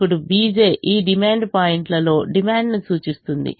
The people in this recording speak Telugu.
ఇప్పుడు bj ఈ డిమాండ్ పాయింట్లలో డిమాండ్ను సూచిస్తుంది